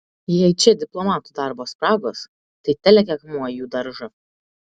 jei čia diplomatų darbo spragos tai telekia akmuo į jų daržą